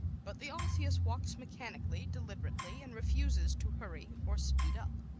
but the osseous walks mechanically, deliberately, and refuses to hurry or speed up.